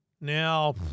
Now